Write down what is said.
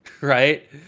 right